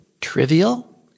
trivial